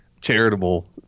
charitable